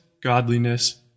godliness